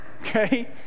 Okay